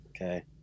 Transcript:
Okay